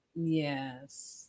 Yes